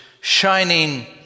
shining